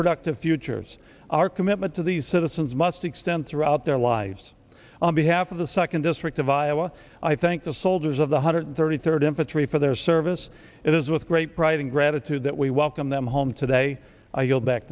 productive futures our commitment to the citizens must extend throughout their lives on behalf of the second district of iowa i thank the soldiers of the hundred thirty third infantry for their service it is with great pride and gratitude that we welcome them home today i